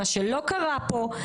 מה שלא קרה פה,